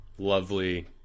Lovely